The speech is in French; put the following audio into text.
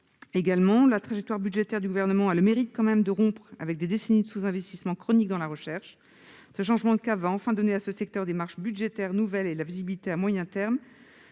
rectifié . La trajectoire budgétaire du Gouvernement a tout de même le mérite de rompre avec des décennies de sous-investissement chronique dans la recherche. Ce changement de cap va enfin donner à ce secteur des marges budgétaires nouvelles et de la visibilité à moyen terme.